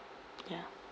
ya